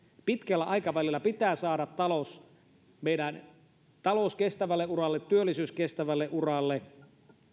pitkällä aikavälillä pitää saada meidän talous kestävälle uralle työllisyys kestävälle uralle